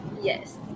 Yes